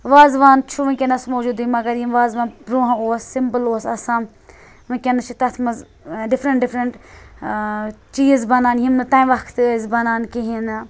وازوان چھُ وِنکیٚنَس موٗجوٗدی مگر یِم وازوان برونٛہہ اوس سِمپل اوس آسان وِنکیٚنَس چھِ تَتھ مَنٛز ڈِفرنٹ ڈِفرَنٹ چیٖز بَنان یِم نہٕ تمہِ وَقتہٕ ٲسۍ بَنان کِہیٖنۍ نہٕ